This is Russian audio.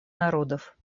народов